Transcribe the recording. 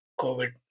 COVID